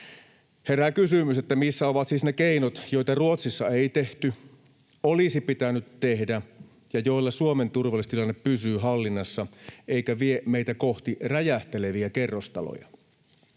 Herää kysymys, missä ovat siis ne keinot, joita Ruotsissa ei tehty mutta olisi pitänyt tehdä ja joilla Suomen turvallisuustilanne pysyy hallinnassa ja jotka eivät vie meitä kohti räjähteleviä kerrostaloja.